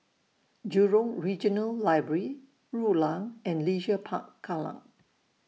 Jurong Regional Library Rulang and Leisure Park Kallang